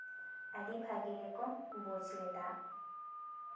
ᱟᱹᱰᱤ ᱵᱷᱟᱜᱮ ᱜᱮᱠᱚ ᱵᱩᱡᱽ ᱞᱮᱫᱟ